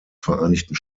vereinigten